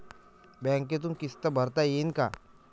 बँकेतून किस्त भरता येईन का?